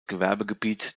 gewerbegebiet